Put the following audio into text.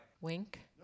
Wink